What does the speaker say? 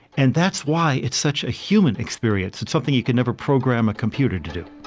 and that's why it's such a human experience. it's something you could never program a computer to do